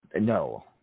No